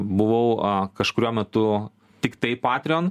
buvau a kažkuriuo metu tiktai patrion